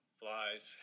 flies